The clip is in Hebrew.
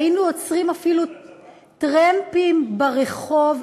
כשהיינו עוצרים אפילו טרמפים ברחוב,